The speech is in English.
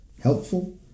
helpful